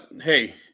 hey